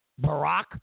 Barack